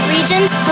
Region's